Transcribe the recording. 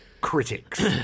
critics